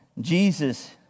Jesus